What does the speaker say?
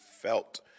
felt